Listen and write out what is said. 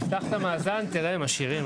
תפתח את המאזן תראה הם עשירים,